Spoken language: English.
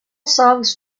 songs